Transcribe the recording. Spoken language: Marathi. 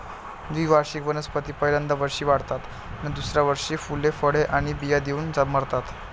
द्विवार्षिक वनस्पती पहिल्या वर्षी वाढतात आणि दुसऱ्या वर्षी फुले, फळे आणि बिया देऊन मरतात